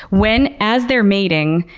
when as they're mating,